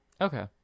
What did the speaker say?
Okay